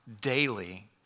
daily